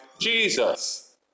Jesus